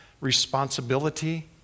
responsibility